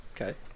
okay